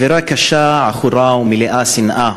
אווירה קשה, עכורה ומלאה שנאה